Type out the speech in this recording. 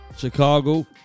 Chicago